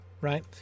right